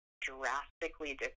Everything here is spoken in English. drastically